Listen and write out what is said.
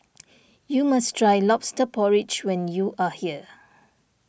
you must try Lobster Porridge when you are here